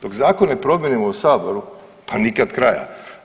Dok zakone promijenimo u Saboru, pa nikad kraja.